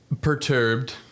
perturbed